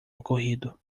ocorrido